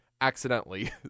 accidentally